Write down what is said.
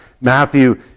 Matthew